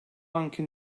anki